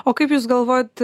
o kaip jūs galvojot